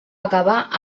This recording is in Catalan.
acabar